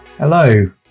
Hello